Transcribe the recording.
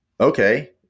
okay